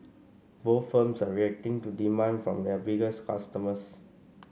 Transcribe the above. both firms are reacting to demand from their biggest customers